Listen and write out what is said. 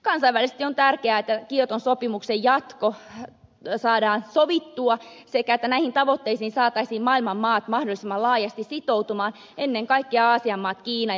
kansainvälisesti on tärkeää että kioton sopimuksen jatko saadaan sovittua ja näihin tavoitteisiin saataisiin maailman maat mahdollisimman laajasti sitoutumaan ennen kaikkea aasian maat kiina ja usa